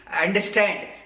Understand